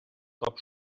cop